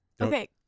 Okay